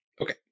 Okay